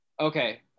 Okay